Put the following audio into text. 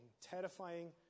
terrifying